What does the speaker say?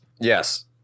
Yes